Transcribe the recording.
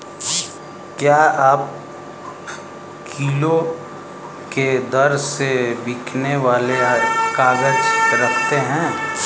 क्या आप किलो के दर से बिकने वाले काग़ज़ रखते हैं?